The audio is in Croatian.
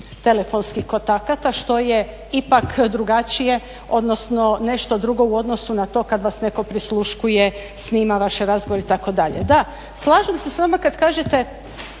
telefonskih kontakata što je ipak drugačije odnosno nešto drugo u odnosu na to kada vas netko prisluškuje, snima vaše razgovore itd. Da, slažem se s vama kada kažete